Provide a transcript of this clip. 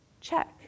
check